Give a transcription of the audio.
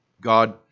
God